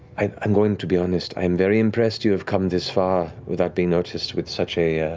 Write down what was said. i'm going to be honest, i'm very impressed you have come this far without being noticed with such a.